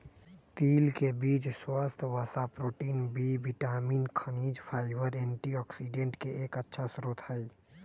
तिल के बीज स्वस्थ वसा, प्रोटीन, बी विटामिन, खनिज, फाइबर, एंटीऑक्सिडेंट के एक अच्छा स्रोत हई